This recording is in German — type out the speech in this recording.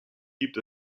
gibt